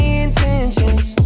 intentions